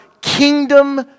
kingdom